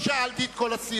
לא שאלתי את כל הסיעות,